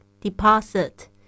deposit